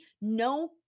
No